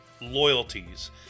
loyalties